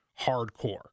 hardcore